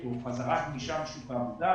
חזרה גמישה לשוק העבודה.